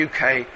UK